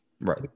Right